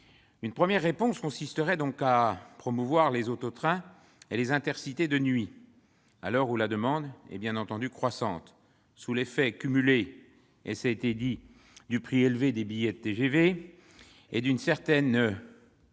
Une première réponse consisterait donc à promouvoir les auto-trains et les Intercités de nuit, à l'heure où la demande est croissante, sous l'effet cumulé du prix élevé des billets de TGV et d'une certaine culpabilité